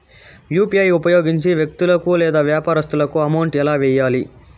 UPI ఉపయోగించి వ్యక్తులకు లేదా వ్యాపారస్తులకు అమౌంట్ ఎలా వెయ్యాలి